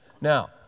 Now